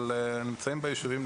אבל נמצאים ביישובים,